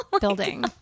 building